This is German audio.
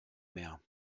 mehr